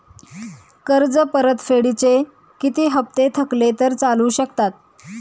कर्ज परतफेडीचे किती हप्ते थकले तर चालू शकतात?